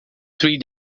three